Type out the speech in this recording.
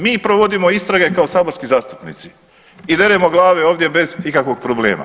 Mi provodimo istrage kao saborski zastupnici i deremo glave ovdje bez ikakvog problema.